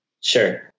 Sure